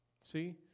See